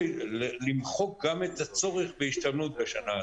למחוק גם את הצורך בהשתלמות בשנה הזו.